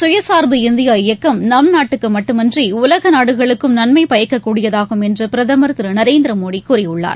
சுயசார்பு இந்தியா இயக்கம் நம் நாட்டுக்கு மட்டுமின்றி உலக நாடுகளுக்கும் நன்மை பயக்கக்கூடியதாகும் என்று பிரதமர் திரு நரேந்திர மோடி கூறியுள்ளார்